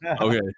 Okay